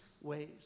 ways